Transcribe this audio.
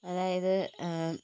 അതായത്